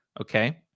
Okay